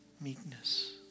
meekness